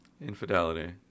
Infidelity